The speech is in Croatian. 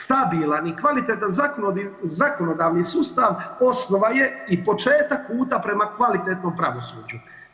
Stabilan i kvalitetan zakonodavni sustav osnova je i početak puta prema kvalitetnom pravosuđu.